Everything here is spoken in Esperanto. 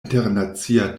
internacia